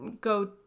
go